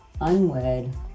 unwed